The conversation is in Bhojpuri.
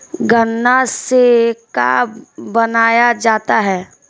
गान्ना से का बनाया जाता है?